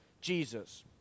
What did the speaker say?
Jesus